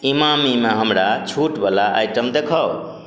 इमामीमे हमरा छूटवला आइटम देखाउ